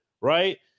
right